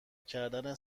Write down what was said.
کردن